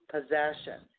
Possession